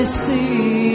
see